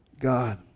God